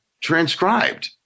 transcribed